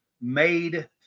made